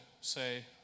say